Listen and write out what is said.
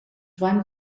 van